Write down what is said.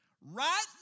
Right